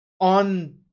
on